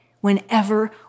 whenever